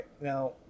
Now